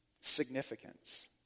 significance